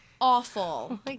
awful